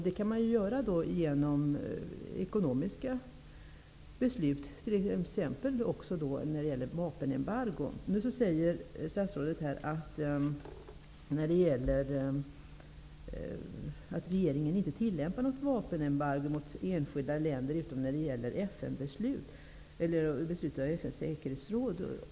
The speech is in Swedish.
Det kan man göra genom ekonomiska beslut, exempelvis genom vapenembargo. Statsrådet säger nu att regeringen inte tillämpar något vapenembargo mot enskilda länder utom när det gäller att följa beslut som har fattats av FN:s säkerhetsråd.